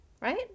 right